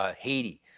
ah haiti,